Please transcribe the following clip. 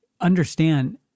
Understand